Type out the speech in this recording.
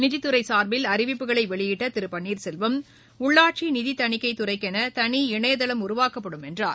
நிதித்துறை சார்பில் அறிவிப்புகளை வெளியிட்ட திரு பன்ளீர்செல்வம் உள்ளாட்சி நிதி தணிக்கை துறைக்கென தனி இணையதளம் உருவாக்கப்படும் என்றார்